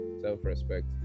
self-respect